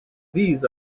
these